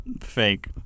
fake